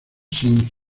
sin